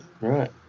Right